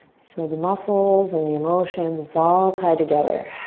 so the muscles and the emotions, it's all tied together.